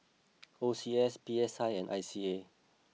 O C S P S I and I C A